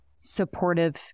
supportive